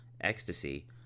ecstasy